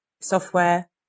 software